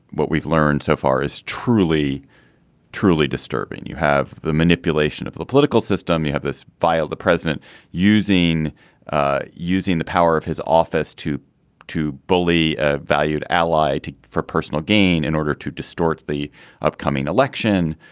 what we've learned so far is truly truly disturbing you have the manipulation of the the political system you have this file the president using using the power of his office to to bully a valued ally for personal gain in order to distort the upcoming election.